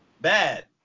Bad